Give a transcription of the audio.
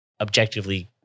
objectively